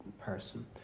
person